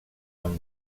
amb